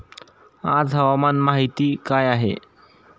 आज हवामान माहिती काय आहे?